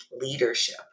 leadership